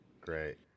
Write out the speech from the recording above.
Great